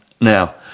Now